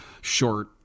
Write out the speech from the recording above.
short